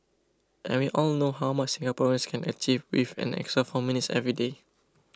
and we all know how much Singaporeans can achieve with an extra four minutes every day